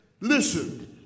listen